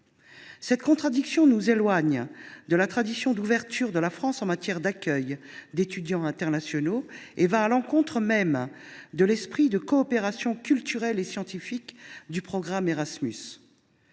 profonde, qui nous éloigne de la tradition d’ouverture de la France en matière d’accueil d’étudiants internationaux. Il va à l’encontre de l’esprit de coopération culturelle et scientifique qui distingue le programme Erasmus